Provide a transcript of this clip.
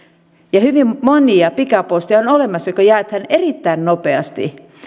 hyvin monia pikaposteja on olemassa jotka jaetaan erittäin nopeasti